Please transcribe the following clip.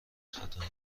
ختنه